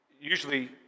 usually